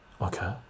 okay